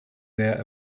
their